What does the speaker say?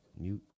Mute